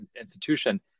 institution